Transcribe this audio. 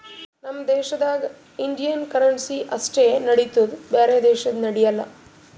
ನಮ್ ದೇಶದಾಗ್ Indian currency ಅಷ್ಟೇ ನಡಿತ್ತುದ್ ಬ್ಯಾರೆ ದೇಶದು ನಡ್ಯಾಲ್